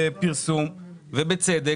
בפרסום ובצדק,